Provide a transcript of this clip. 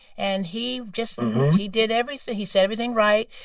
and he just he did everything, he said everything right.